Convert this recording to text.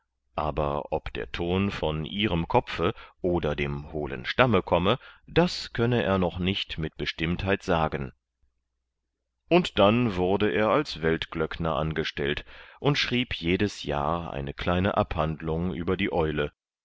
aber ob der ton von ihrem kopfe oder dem hohlen stamme komme das könne er noch nicht mit bestimmtheit sagen und dann wurde er als weltglöckner angestellt und schrieb jedes jahr eine kleine abhandlung über die eule